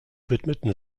widmeten